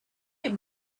him